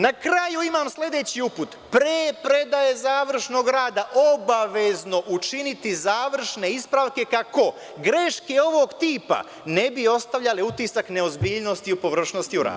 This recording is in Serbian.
Na kraju imam sledeći uput, pre predaje završnog rada obavezno učiniti završne ispravke, kako greške ovog tipa ne bi ostavljale utisak neozbiljnosti i površnosti u radu.